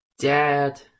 dad